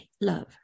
love